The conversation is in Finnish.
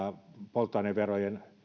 polttoaineverojen